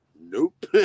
Nope